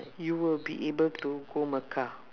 you will be able to go mecca